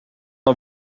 een